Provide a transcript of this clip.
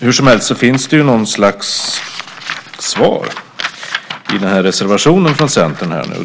Hursomhelst finns det något slags svar i reservationen från Centern. Det är ju bra.